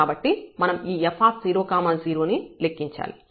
కాబట్టి మనం ఈ f0 0 ని లెక్కించాలి